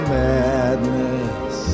madness